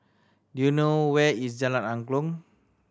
do you know where is Jalan Angklong